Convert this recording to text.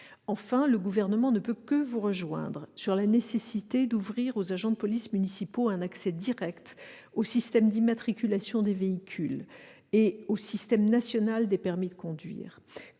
outre, le Gouvernement ne peut que vous rejoindre sur la nécessité d'ouvrir aux agents de police municipaux un accès direct au système d'immatriculation des véhicules et au système national des permis de conduire,